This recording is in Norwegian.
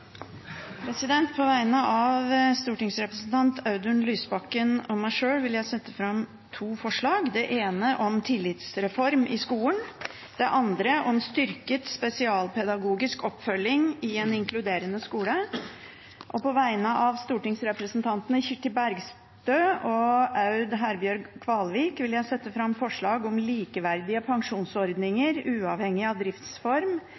På vegne av stortingsrepresentantene Audun Lysbakken og meg sjøl vil jeg sette fram to forslag, det ene om tillitsreform i skolen, det andre om styrket spesialpedagogisk oppfølging i en inkluderende skole. På vegne av stortingsrepresentantene Kirsti Bergstø, Aud Herbjørg Kvalvik og meg sjøl vil jeg sette fram forslag om å sikre likeverdige pensjonsordninger uavhengig av driftsform,